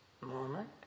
moment